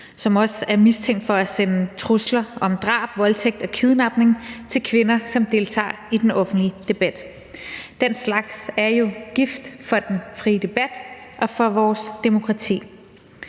som også er mistænkt for at sende trusler om drab, voldtægt og kidnapning til kvinder, som deltager i den offentlige debat. Den slags er jo gift for den frie debat og for vores demokrati.